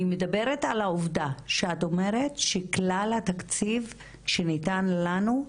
אני מדברת על העובדה שאת אומרת שכלל התקציב שניתן לנו,